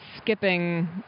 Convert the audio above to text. skipping